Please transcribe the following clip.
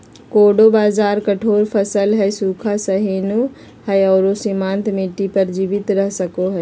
कोडो बाजरा कठोर फसल हइ, सूखा, सहिष्णु हइ आरो सीमांत मिट्टी पर जीवित रह सको हइ